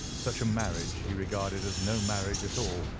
such a marriage he regarded as no marriage at all,